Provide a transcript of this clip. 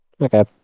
Okay